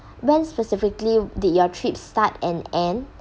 when specifically did your trip start and end